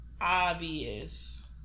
Obvious